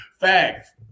Facts